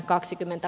puhemies